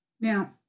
Now